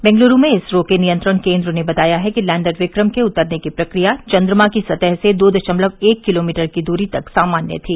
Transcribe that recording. बेंगलूरू में इसरो के नियंत्रण केन्द्र ने बताया है कि लैंडर विक्रम के उतरने की प्रक्रिया चन्द्रना की सतह से दो दशमलव एक किलोमीटर की दूरी तक सामान्य थी